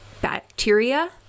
bacteria